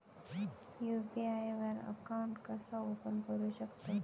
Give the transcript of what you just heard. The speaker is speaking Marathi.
यू.पी.आय वर अकाउंट कसा ओपन करू शकतव?